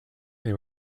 they